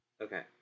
Okay